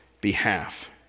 behalf